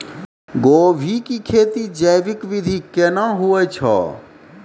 गोभी की खेती जैविक विधि केना हुए छ?